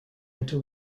into